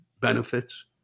benefits